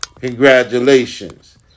congratulations